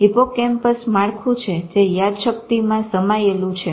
hippocampus માળખું છે જે યાદશક્તિમાં સમાયેલું છે